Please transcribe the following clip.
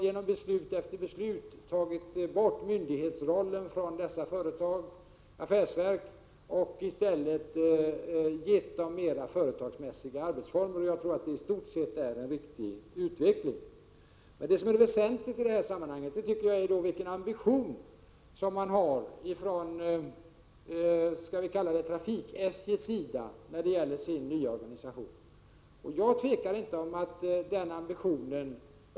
Genom beslut efter beslut har man tagit bort myndighetsrollen från dessa affärsverk och i stället gett dem mera företagsmässiga arbetsformer. Jag tror att det i stort sett är en riktig utveckling. Jag tycker att det väsentliga i detta sammanhang är vilken ambition trafik-SJ har i fråga om den nya organisationen. Jag hyser inga tvivel på den punkten.